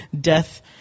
death